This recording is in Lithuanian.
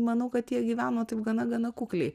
manau kad jie gyveno taip gana gana kukliai